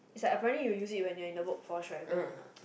is like apparently you use it when you are in the workforce right when